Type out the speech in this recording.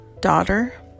daughter